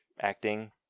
acting